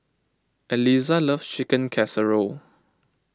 Eliza loves Chicken Casserole